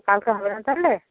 কালকে হবে না তাহলে